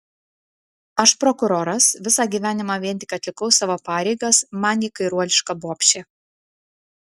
aš prokuroras visą gyvenimą vien tik atlikau savo pareigas man ji kairuoliška bobšė